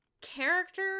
character